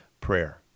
prayer